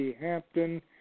Hampton